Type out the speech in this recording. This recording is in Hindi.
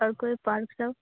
और कोई पार्क सब